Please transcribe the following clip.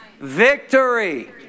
Victory